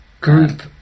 Group